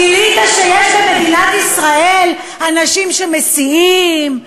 גילית שיש במדינת ישראל אנשים שמסיעים,